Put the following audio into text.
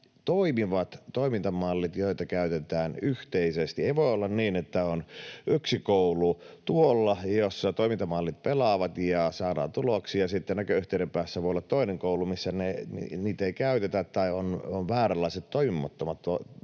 toimivat toimintamallit, joita käytetään yhteisesti. Ei voi olla niin, että on yksi koulu tuolla, jossa toimintamallit pelaavat ja saadaan tuloksia, ja sitten näköyhteyden päässä voi olla toinen koulu, missä niitä ei käytetä tai on vääränlaiset, toimimattomat